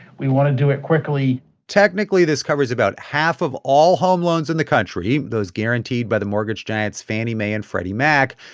we want to do it quickly technically, this covers about half of all home loans in the country those guaranteed by the mortgage giants fannie mae and freddie mac.